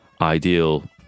ideal